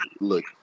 look